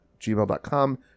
gmail.com